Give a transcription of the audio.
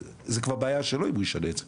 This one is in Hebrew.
זו כבר בעיה שלו אם הוא ישנה את זה.